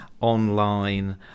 online